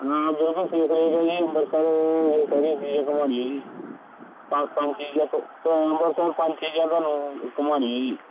ਹਾਂ ਜਦੋਂ ਸਵੇਰੇ ਨਿਕਲ ਜਾਈਏ ਅੰਮ੍ਰਿਤਸਰ ਘੁੰਮਾ ਦੇਈਏ ਜੀ ਪੰਜ ਪੰਜ ਚੀਜ਼ਾਂ ਤੋਂ ਘੁਮਾਉਣ ਵਾਸਤੇ ਹੁਣ ਪੰਜ ਛੇ ਜਗ੍ਹਾ ਤੁਹਾਨੂੰ ਘੁੰਮਾ ਦੇਈਏ ਜੀ